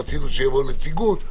רצינו שתבוא נציגות.